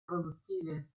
produttive